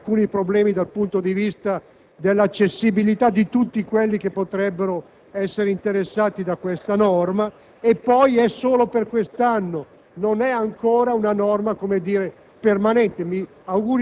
un tetto di spesa; quindi, si potrebbero ingenerare alcuni problemi dal punto di vista dell'accessibilità di coloro che potrebbero essere interessati da questa norma. Inoltre, è solo per quest'anno: